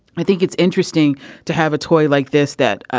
i think it's interesting to have a toy like this that.